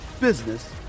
business